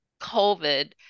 COVID